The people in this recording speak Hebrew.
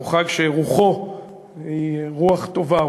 וזה חג שרוחו היא רוח טובה,